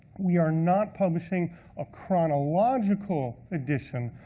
we are not publishing a chronological edition,